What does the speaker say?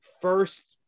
first